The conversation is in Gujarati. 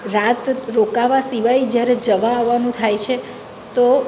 રાત રોકાવા સિવાય જ્યારે જવા આવવાનું થાય છે તો